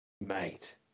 mate